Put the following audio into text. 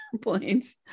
points